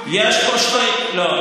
לא,